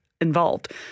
involved